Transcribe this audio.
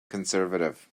conservative